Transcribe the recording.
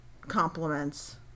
compliments